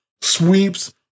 Sweeps